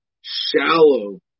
shallow